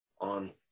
on